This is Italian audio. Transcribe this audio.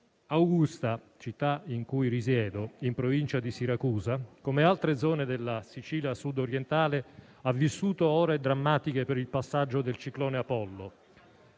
Augusta, città in cui risiedo, in Provincia di Siracusa, come altre zone della Sicilia sud-orientale ha vissuto ore drammatiche per il passaggio del ciclone Apollo,